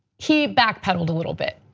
he backpedaled a little bit,